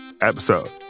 episode